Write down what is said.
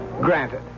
Granted